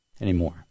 anymore